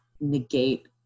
negate